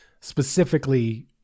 specifically